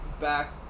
back